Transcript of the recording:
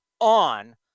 on